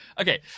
Okay